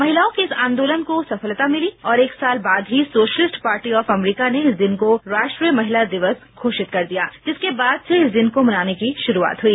महिलाओं के इस आंदोलन को सफलता मिली और एक साल बाद ही सोशलिस्ट पार्टी ऑफ अमेरिका ने इस दिन को राष्ट्रीय महिला दिवस घोषित कर दिया जिसके बाद से इस दिन को मनाने की शुरुआत हुई